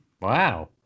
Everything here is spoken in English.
Wow